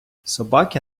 собаки